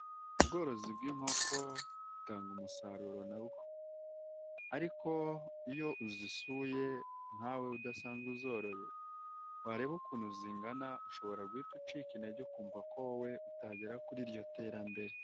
Ubworozi bw'inkoko butanga umusaruro nabwo ariko iyo uzisuye nkawe udasanzwe uzoroye, wareba ukuntu zingana ushobora guhita ucika intege ukumva ko wowe utagera kuri iryo terambere.